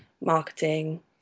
marketing